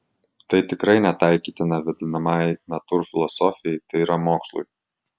tai tikrai netaikytina vadinamajai natūrfilosofijai tai yra mokslui